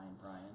Brian